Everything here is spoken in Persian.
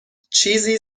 چیزی